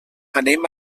anem